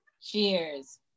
Cheers